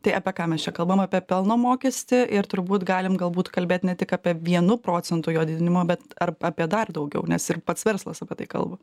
tai apie ką mes čia kalbam apie pelno mokestį ir turbūt galim galbūt kalbėt ne tik apie vienu procentu jo didinimą bet ar apie dar daugiau nes ir pats verslas apie tai kalba